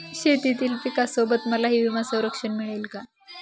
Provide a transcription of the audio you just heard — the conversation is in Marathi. शेतीतील पिकासोबत मलाही विमा संरक्षण मिळेल का?